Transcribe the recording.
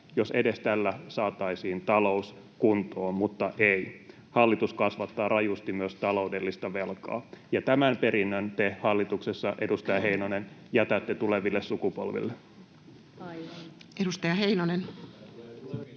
edes saataisiin talous kuntoon. Mutta ei, hallitus kasvattaa rajusti myös taloudellista velkaa. Tämän perinnön te hallituksessa, edustaja Heinonen, jätätte tuleville sukupolville. [Speech